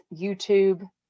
YouTube